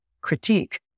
critique